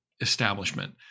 establishment